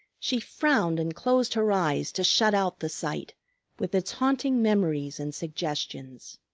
she frowned and closed her eyes to shut out the sight with its haunting memories and suggestions